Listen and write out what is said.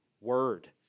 word